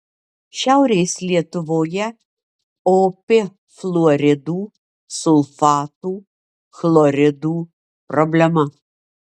šiaurės lietuvoje opi fluoridų sulfatų chloridų problema